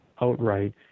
outright